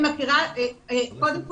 קודם כל,